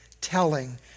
telling